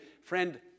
Friend